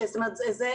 תרבותי-ייחודי.